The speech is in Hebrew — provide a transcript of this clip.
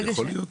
יכול להיות?